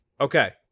Okay